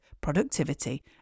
productivity